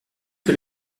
que